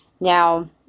Now